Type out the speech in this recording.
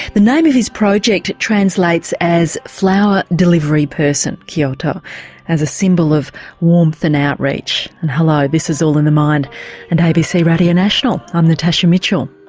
the name of his project translates as flower delivery person kyoto as a symbol of warmth and outreach. and hello, this is all in the mind and abc radio national. i'm natasha mitchell.